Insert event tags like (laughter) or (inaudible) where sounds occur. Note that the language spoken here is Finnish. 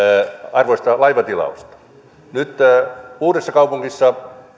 arvoista laivatilausta nyt uudessakaupungissa (unintelligible)